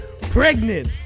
pregnant